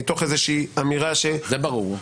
מתוך איזושהי אמירה -- זה ברור.